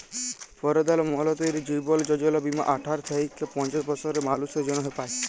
পরধাল মলতিরি জীবল যজলা বীমা আঠার থ্যাইকে পঞ্চাশ বসরের মালুসের জ্যনহে পায়